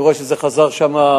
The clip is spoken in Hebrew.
אני רואה שזה חזר שם,